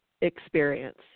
experience